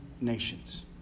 nations